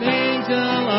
angel